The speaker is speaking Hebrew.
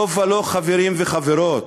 לא ולא, חברים וחברות.